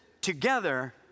together